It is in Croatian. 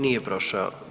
Nije prošao.